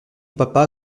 papa